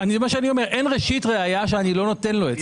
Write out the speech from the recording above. אני אומר שאין ראשית ראיה שאני לא נותן לו את זה.